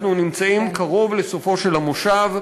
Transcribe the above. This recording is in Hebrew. אנחנו נמצאים קרוב לסופו של המושב,